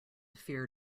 fear